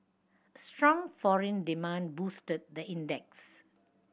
strong foreign demand boosted the index